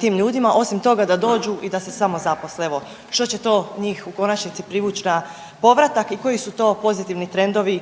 tim ljudima osim toga da dođu i da se samozaposle, evo što će to njih u konačnici privuć na povratak i koji su to pozitivni trendovi